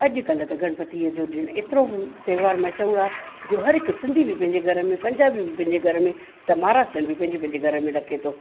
अॼुकल्ह त गणपतिअ जो ॾिणु एतिरो हू त्योहारु मशहूरु आहे जो हर हिकु सिंधी बि पंहिंजे घर में पंजाबी बि पंहिंजे घर में त महाराष्ट्रियनि बि पंहिंजे पंहिंजे घर में रखे थो